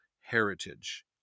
heritage